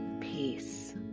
peace